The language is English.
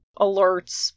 alerts